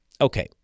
Okay